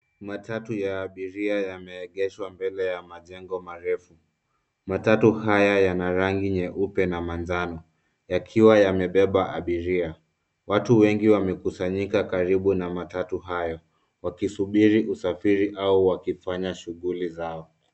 Matatu ya abiria yameegeshwa mbele ya majengo marefu. Matatu haya yana rangi nyeupe na manjano yakiwa yamebeba abiria. Watu wengi wamekusanyika karibu na matatu hayo wakisubiri usafiri au wakifanya shughuli zao.